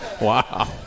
wow